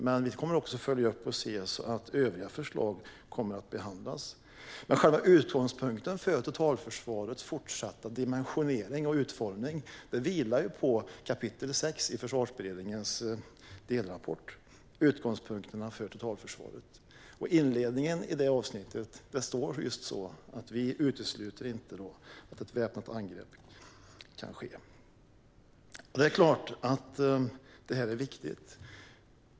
Men vi kommer också att följa upp det hela när det gäller att övriga förslag kommer att behandlas. Själva utgångspunkten för totalförsvarets fortsatta dimensionering och utformning vilar på kapitel 6 i Försvarsberedningens delrapport om utgångspunkterna för totalförsvaret. I inledningen i detta avsnitt står just att vi inte utesluter att ett väpnat angrepp kan ske. Det är klart att detta är viktigt.